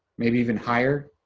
maybe even higher.